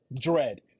Dread